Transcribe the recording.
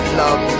love